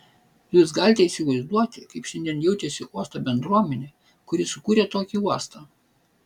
jūs galite įsivaizduoti kaip šiandien jaučiasi uosto bendruomenė kuri sukūrė tokį uostą